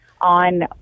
on